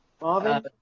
Marvin